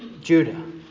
Judah